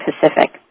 Pacific